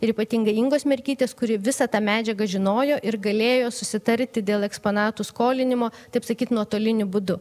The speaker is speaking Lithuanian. ir ypatingai ingos merkytės kuri visą tą medžiagą žinojo ir galėjo susitarti dėl eksponatų skolinimo taip sakyt nuotoliniu būdu